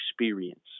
experience